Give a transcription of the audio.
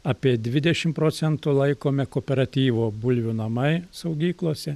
apie dvidešimt procentų laikome kooperatyvo bulvių namai saugyklose